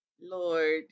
lord